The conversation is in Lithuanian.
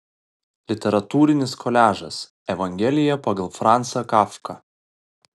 literatūrinis koliažas evangelija pagal francą kafką